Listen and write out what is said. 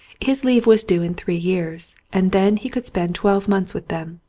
his leave was due in three years and then he could spend twelve months with them.